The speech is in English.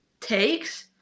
takes